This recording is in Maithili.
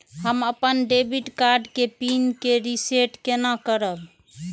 हम अपन डेबिट कार्ड के पिन के रीसेट केना करब?